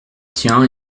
tiens